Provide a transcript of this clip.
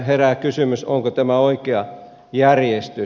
herää kysymys onko tämä oikea järjestys